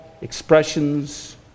expressions